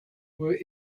were